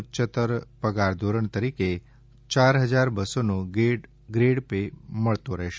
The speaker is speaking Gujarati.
ઉચ્યતર પગાર ધોરણ તરીકે ચાર હજાર બસોનો ગ્રેડ પે મળતો રહેશે